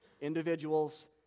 individuals